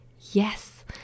Yes